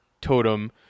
totem